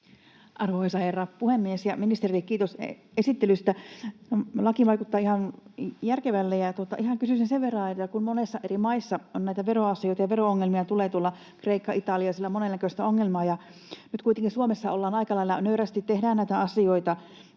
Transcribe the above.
Arvoisa herra puhemies! Ministerille kiitos esittelystä. Laki vaikuttaa ihan järkevälle. Ihan kysyisin sen verran, kun monissa eri maissa näitä veroasioita ja vero-ongelmia tulee tuolla, Kreikassa, Italiassa, siellä on monen näköistä ongelmaa. Nyt kuitenkin Suomessa aikalailla nöyrästi tehdään näitä asioita,